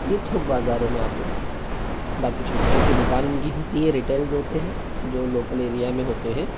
ये थोक बाज़ारों में आते हैं बाकी छोटी छोटी दुकान इनकी होती हैं रिटेल्स होते हैं जो लोकल एरिया में होते हैं